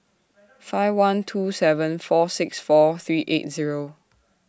five one two seven four six four three eight Zero